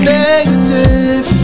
negative